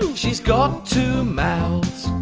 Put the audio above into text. she's got two mouths.